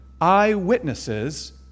eyewitnesses